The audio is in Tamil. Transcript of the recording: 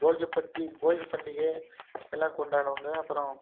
போகிப்பட்டி போகிப் பண்டிகை எல்லாம் கொண்டாடுவோங்க அப்புறம்